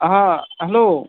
हा हॅलो